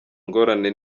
ngorane